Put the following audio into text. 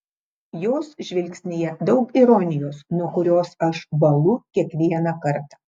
jos žvilgsnyje daug ironijos nuo kurios aš bąlu kiekvieną kartą